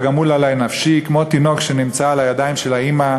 כגמֻל עלי נפשי": כמו תינוק שנמצא על הידיים של האימא,